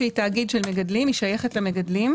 היא תאגיד של מגדלים, היא שייכת למגדלים.